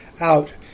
out